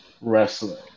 wrestling